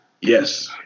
Yes